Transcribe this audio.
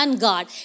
God